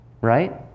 right